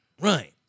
right